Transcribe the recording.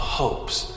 hopes